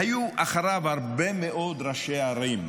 היו אחריו הרבה מאוד ראשי ערים,